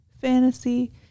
fantasy